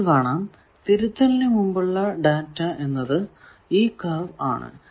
നിങ്ങൾക്കു കാണാം തിരുത്തലിനു മുമ്പുള്ള ടാറ്റ എന്നത് ഈ കർവ് ആണ്